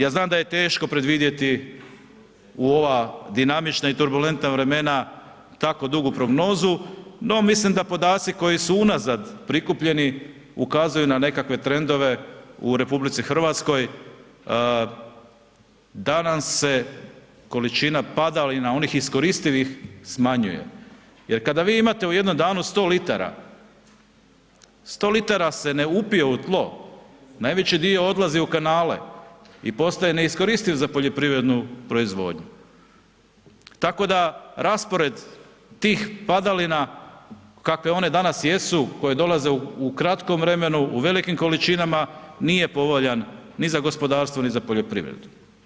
Ja znam da je teško predvidjeti u ova dinamična i turbulentna vremena tako dugu prognozu, no mislim da podaci koji su unazad prikupljeni, ukazuju na nekakve trendove u RH da nam se količina padalina onih iskoristivih smanjuje jer kada vi imate u jednom danu 100 litara, 100 litara se ne upije u tlo, najveći dio odlazi u kanale i postaje neiskoristiv za poljoprivrednu proizvodnju, tako da raspored tih padalina kakve one danas jesu koje dolaze u kratkom vremenu, u velikim količinama, nije povoljan ni za gospodarstvo, ni za poljoprivredu.